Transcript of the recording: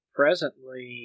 presently